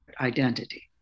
identity